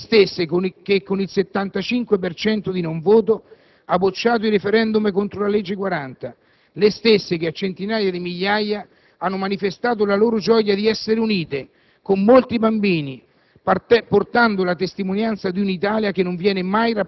questa è la richiesta della grande maggioranza delle famiglie, le stesse che con il 75 per cento di non voto hanno bocciato il *referendum* contro la legge n. 40, le stesse che a centinaia di migliaia hanno manifestato la loro gioia di essere unite con molti bambini,